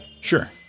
Sure